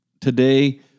today